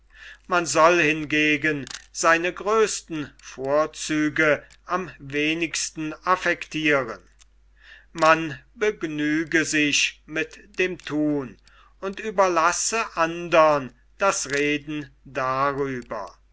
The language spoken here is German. man soll hingegen seine größten vorzüge am wenigsten affektiren man begnüge sich mit dem thun und überlasse andern das reden darüber